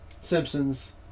Simpsons